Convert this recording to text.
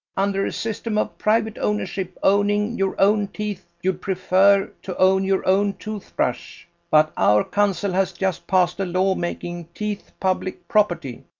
under a system of private ownership owning your own teeth you'd prefer to own your own toothbrush, but our council has just passed a law making teeth public property.